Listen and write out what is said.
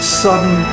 sudden